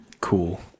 cool